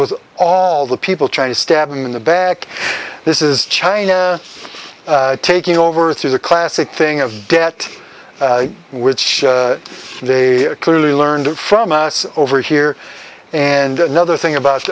with all the people trying to stab them in the back this is china taking over through the classic thing of debt which they clearly learned from us over here and another thing about